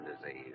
disease